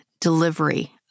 delivery